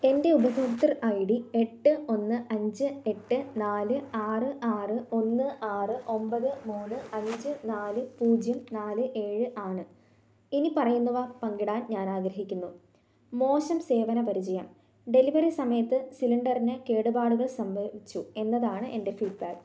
എൻ്റെ ഉപഭോക്തൃ I D എട്ട് ഒന്ന് അഞ്ച് എട്ട് നാല് ആറ് ആറ് ഒന്ന് ആറ് ഒമ്പത് മൂന്ന് അഞ്ച് നാല് പൂജ്യം നാല് ഏഴ് ആണ് ഇനി പറയുന്നവ പങ്കിടാൻ ഞാൻ ആഗ്രഹിക്കുന്നു മോശം സേവന പരിചയം ഡെലിവറി സമയത്ത് സിലിണ്ടറിന് കേടുപാടുകൾ സംഭവിച്ചു എന്നതാണ് എൻ്റെ ഫീഡ്ബാക്ക്